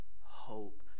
hope